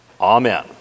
Amen